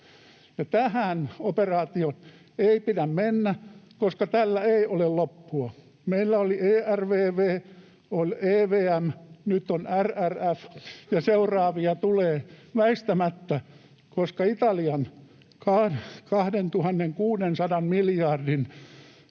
tähän operaatioon ei pidä mennä, koska tällä ei ole loppua. Meillä oli ERVV, oli EVM, nyt on RRF, ja seuraavia tulee väistämättä, koska Italian 2 600 miljardin